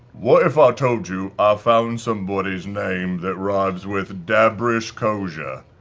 what if i told you i found somebody's name that rhymes with daburish koja?